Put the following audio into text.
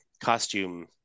costume